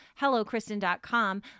HelloKristen.com